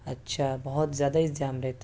اچھا بہت زیادہ ازدحام رہتا ہے